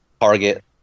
target